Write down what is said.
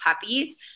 puppies